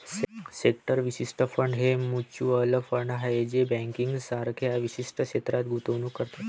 sector विशिष्ट fund हे mutual fund आहेत जे बँकिंग सारख्या विशिष्ट क्षेत्रात गुंतवणूक करतात